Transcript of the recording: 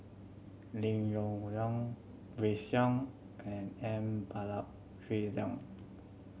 Lim Yong Liang Grace and M